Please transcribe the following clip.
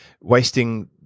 wasting